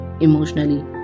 emotionally